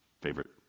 favorite